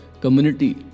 community